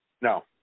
No